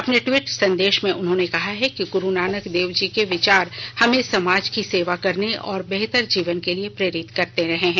अपने ट्वीट संदेश में उन्होंने कहा कि गरू नानक देव जी के विचार हमें समाज की सेवा करने और बेहतर जीवन के लिए प्रेरित करते रहे हैं